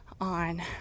on